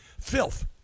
filth